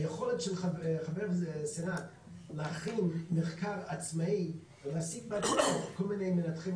היכולת של חברי סנאט להכין מחקר עצמאי ולהשיג בעצמו כל מיני מנתחים